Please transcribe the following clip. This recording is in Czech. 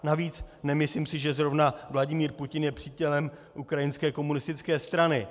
Navíc, nemyslím si, že zrovna Vladimír Putin je přítelem ukrajinské komunistické strany.